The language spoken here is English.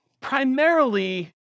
primarily